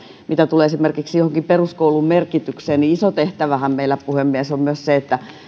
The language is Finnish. mitä tulee esimerkiksi johonkin peruskoulun merkitykseen niin iso tehtävähän meillä puhemies on myös se että